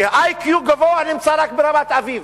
ש-IQ גבוה נמצא רק ברמת-אביב,